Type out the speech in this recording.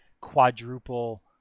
quadruple